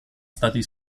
stati